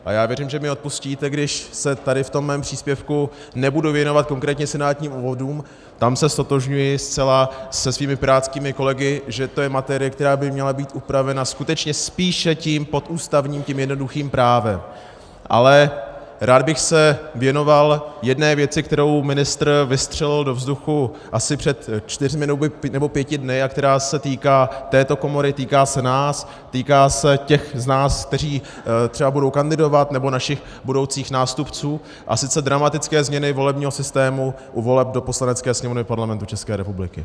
A já věřím, že mi odpustíte, když se tady v tom svém příspěvku nebudu věnovat konkrétně senátním obvodům, tam se zcela ztotožňuji se svými pirátskými kolegy, že to je materie, která by měla být upravena skutečně spíše tím podústavním, tím jednoduchým právem, ale rád bych se věnoval jedné věci, kterou ministr vystřelil do vzduchu asi před čtyřmi nebo pěti dny a která se týká této komory, týká se nás, týká se těch z nás, kteří třeba budou kandidovat, nebo našich budoucích nástupců, a sice dramatické změny volebního systému u voleb do Poslanecké sněmovny Parlamentu České republiky.